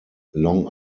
long